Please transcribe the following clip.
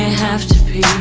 have to